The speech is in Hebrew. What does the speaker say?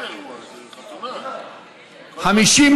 התשע"ח 2018, נתקבל.